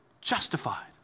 Justified